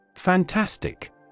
Fantastic